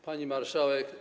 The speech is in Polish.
Pani Marszałek!